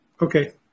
Okay